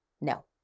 No